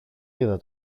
είδα